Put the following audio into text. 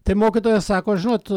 tai mokytoja sako žinot